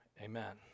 amen